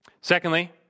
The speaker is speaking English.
Secondly